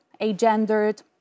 agendered